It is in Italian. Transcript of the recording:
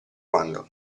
quando